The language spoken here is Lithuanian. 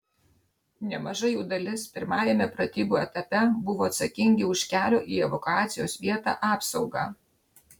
nemaža jų dalis pirmajame pratybų etape buvo atsakingi už kelio į evakuacijos vietą apsaugą